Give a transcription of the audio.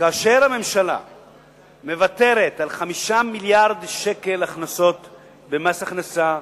כאשר הממשלה מוותרת על 5 מיליארדי שקל הכנסות במס הכנסה,